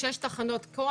שש תחנות כוח.